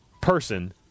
person